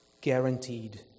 Guaranteed